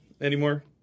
anymore